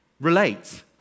relate